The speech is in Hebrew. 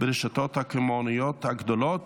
ברשתות הקמעונאות הגדולות),